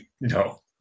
No